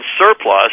surplus